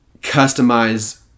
customize